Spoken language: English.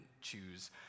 choose